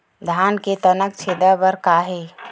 धान के तनक छेदा बर का हे?